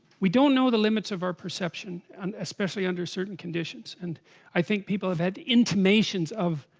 we don't know the limits of our perception and especially under certain conditions and i think people have had intimations of